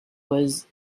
was